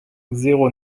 zéro